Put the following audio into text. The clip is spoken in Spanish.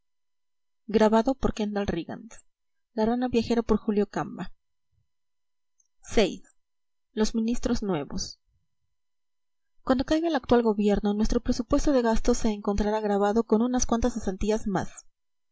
parlamentario del mundo vi los ministros nuevos cuando caiga el actual gobierno nuestro presupuesto de gastos se encontrará gravado con unas cuantas cesantías más